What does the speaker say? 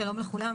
שלום לכולם,